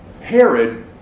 Herod